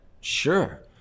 sure